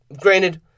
granted